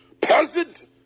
peasant